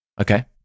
okay